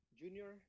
junior